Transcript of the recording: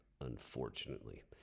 unfortunately